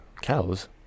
Cows